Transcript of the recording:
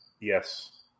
Yes